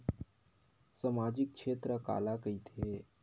सामजिक क्षेत्र काला कइथे?